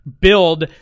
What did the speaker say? build